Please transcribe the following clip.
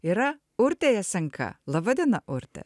yra urtė jasenka laba diena urte